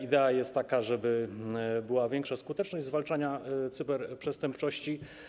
Idea jest taka, żeby była większa skuteczność zwalczania cyberprzestępczości.